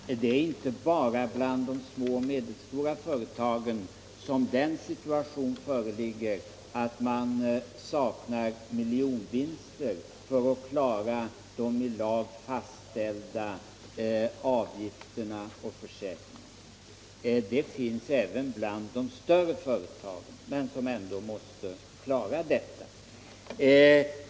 Herr talman! Det är inte bara bland de små och medelstora företagen som den situationen föreligger att man saknar miljonvinster för att kunna klara i lag fastställda avgifter och försäkringar; så kan det vara även i större företag, som ändå måste klara detta.